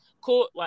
cool